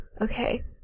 Okay